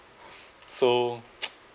so